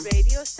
Radio